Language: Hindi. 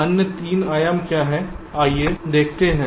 अन्य 3 आयाम क्या है आइए देखते हैं